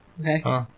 okay